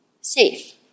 safe